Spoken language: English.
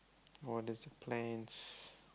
what is your plans